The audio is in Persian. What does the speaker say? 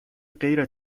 غیر